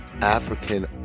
African